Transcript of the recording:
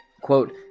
Quote